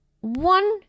one